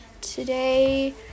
Today